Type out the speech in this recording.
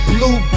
Blue